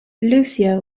lucia